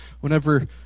whenever